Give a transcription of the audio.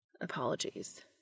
Apologies